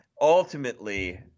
ultimately